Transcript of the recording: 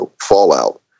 fallout